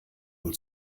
nur